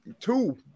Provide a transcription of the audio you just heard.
Two